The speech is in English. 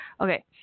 Okay